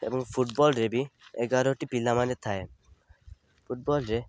ଏବଂ ଫୁଟବଲରେ ବି ଏଗାରଟି ପିଲାମାନେ ଥାଏ ଫୁଟବଲରେ